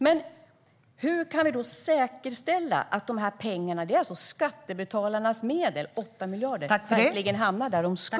Men hur vi kan då säkerställa att de här pengarna - det är alltså skattebetalarnas medel, dessa 8 miljarder - verkligen hamnar där de ska?